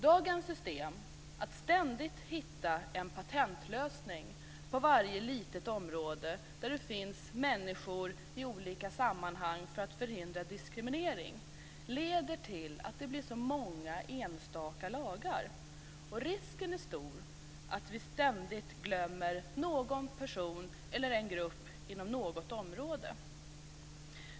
Dagens system att ständigt hitta en patentlösning på varje litet område där det finns människor i olika sammanhang för att förhindra diskriminering leder till att det blir så många enstaka lagar, och risken är stor att vi ständigt glömmer någon person eller en grupp inom något område.